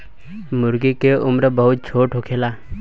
मूर्गी के उम्र बहुत छोट होखेला